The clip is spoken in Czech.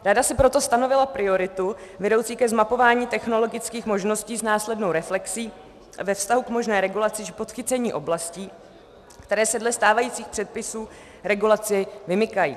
Rada si proto stanovila prioritu vedoucí ke zmapování technologických možností s následnou reflexí ve vztahu k možné regulaci či podchycení oblastí, které se dle stávajících předpisů regulaci vymykají.